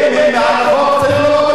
ואם הם מעל החוק,